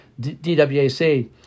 DWAC